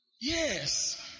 yes